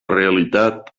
realitat